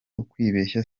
ukwibeshya